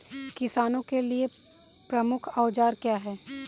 किसानों के लिए प्रमुख औजार क्या हैं?